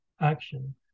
action